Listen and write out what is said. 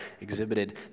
exhibited